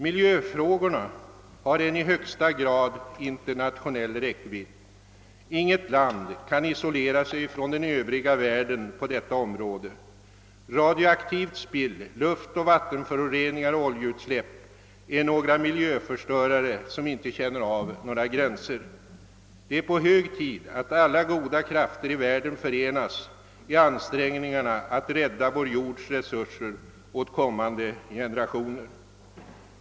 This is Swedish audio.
Miljöfrågorna har en i högsta grad internationell räckvidd. Inget land kan isolera sig från den övriga världen på detta område. Radioaktivt spill, luftoch vattenföroreningar och oljeutsläpp är några miljöförstörare som inte känner av några gränser. Det är hög tid att alla goda krafter i världen förenas i ansträngningarna att rädda vår jords resurser åt kommande generationer.